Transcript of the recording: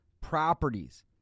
properties